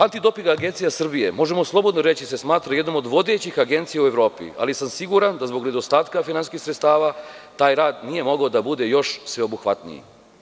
Anti doping agencija Srbije, možemo slobodno reći da se smatra jednom od vodećih agencija u Evropi, ali sam siguran da zbog nedostatka finansijskih sredstava taj rad nije mogao da bude još sveobuhvatniji.